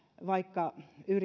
vaikka